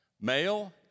Male